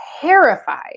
terrified